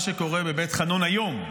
מה שקורה בבית חאנון היום,